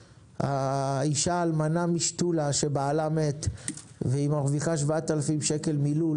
האישה האלמנה משתולה שבעלה מת והיא מרוויחה 7,000 שקל מלול